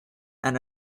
and